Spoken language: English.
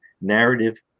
narrative